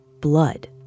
blood